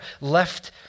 left